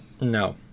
No